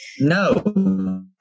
No